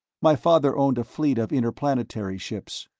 my father owned a fleet of interplanetary ships.